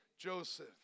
Joseph